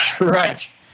Right